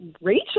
Rachel